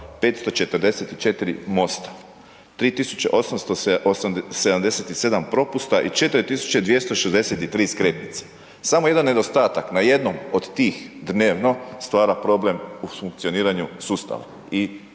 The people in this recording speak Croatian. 544 mosta, 3877 propusta i 4263 skretnice, samo jedan nedostatak na jednom od tih dnevno stvara problem u funkcioniranju sustava i nije